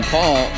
Paul